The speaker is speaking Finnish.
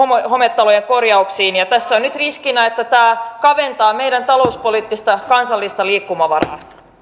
hometalojen korjauksiin tässä on nyt riskinä että tämä kaventaa meidän talouspoliittista kansallista liikkumavaraamme